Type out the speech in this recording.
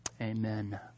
amen